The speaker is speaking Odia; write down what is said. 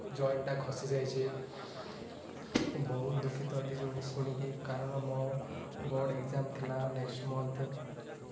ଜଏଣ୍ଟ୍ଟା ଖସି ଯାଇଛି ବହୁତ ଦୁଃଖିତ ହେଲି ଶୁଣିକି କାରଣ ମୋ ବୋର୍ଡ଼ ଏଗଜାମ୍ ଥିଲା ନେକ୍ସ୍ଟ ମନ୍ଥ